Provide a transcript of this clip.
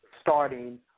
starting